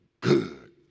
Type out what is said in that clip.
good